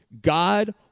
God